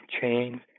chains